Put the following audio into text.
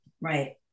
Right